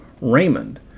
Raymond